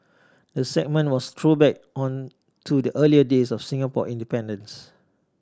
the segment was throwback on to the early days of Singapore independence